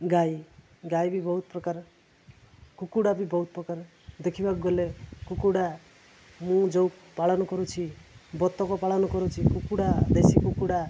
ଗାଈ ଗାଈ ବି ବହୁତ ପ୍ରକାର କୁକୁଡ଼ା ବି ବହୁତ ପ୍ରକାର ଦେଖିବାକୁ ଗଲେ କୁକୁଡ଼ା ମୁଁ ଯେଉଁ ପାଳନ କରୁଛି ବତକ ପାଳନ କରୁଛି କୁକୁଡ଼ା ଦେଶୀ କୁକୁଡ଼ା